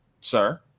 sir